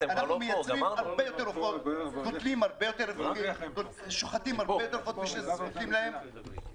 אנחנו מייצרים הרבה יותר עופות ושוחטים הרבה יותר עופות משזקוקים להם